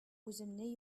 үземне